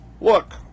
Look